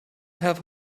have